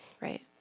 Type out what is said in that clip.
Right